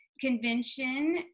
convention